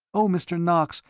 oh, mr. knox!